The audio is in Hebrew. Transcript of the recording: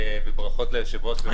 וברכות ליושב-ראש.